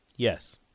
Yes